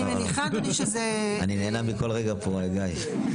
אני נהנה מכל רגע פה, גיא.